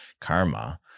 karma